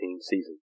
season